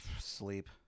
sleep